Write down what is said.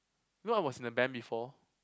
you know I was in a band before